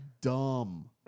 dumb